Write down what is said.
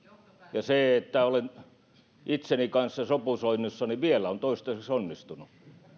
ja se että olen itseni kanssa sopusoinnussa vielä on toistaiseksi onnistunut